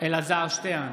אלעזר שטרן,